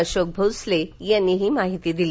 अशोक भोसले यांनी ही माहिती दिली